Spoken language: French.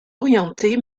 orientée